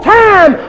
time